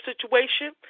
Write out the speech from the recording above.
situation